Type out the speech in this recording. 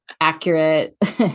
accurate